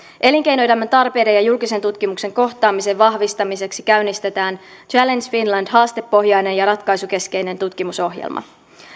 elinkeinoelämän tarpeiden ja julkisen tutkimuksen kohtaamisen vahvistamiseksi käynnistetään challenge finland haastepohjainen ja ratkaisukeskeinen tutkimusohjelma